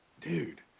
Dude